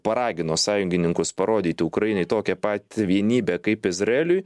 paragino sąjungininkus parodyti ukrainai tokią pat vienybę kaip izraeliui